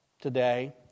today